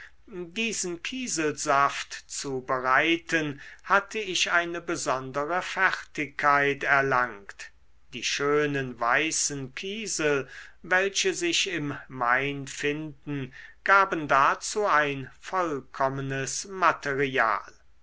diesen kieselsaft zu bereiten hatte ich eine besondere fertigkeit erlangt die schönen weißen kiesel welche sich im main finden gaben dazu ein vollkommenes material